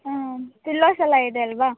ಹ್ಞೂ ಪಿಲ್ಲೊಸೆಲ್ಲ ಇದೆ ಅಲ್ಲವಾ